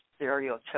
stereotypical